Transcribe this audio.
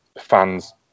fans